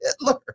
Hitler